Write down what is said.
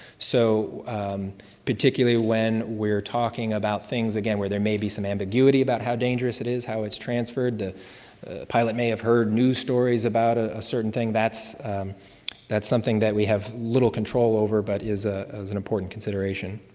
so particularly when we're talking about things again, where there may be some ambiguity about how dangerous it is, how its transferred, the pilot may have heard new stories about a certain thing. that's that's something that we have little control over, but is ah is an important consideration.